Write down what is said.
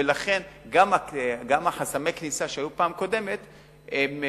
ולכן גם חסמי הכניסה שהיו בפעם הקודמת ירדו,